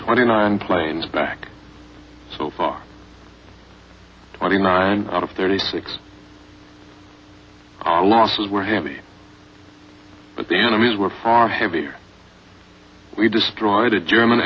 twenty nine planes back so far twenty nine of thirty six losses were heavy but the enemies were far heavier we destroyed a german